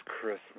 Christmas